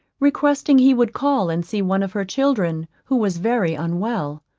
requesting he would call and see one of her children, who was very unwell.